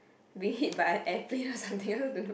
be hit by airplane something I don't know